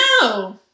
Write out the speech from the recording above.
No